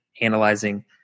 analyzing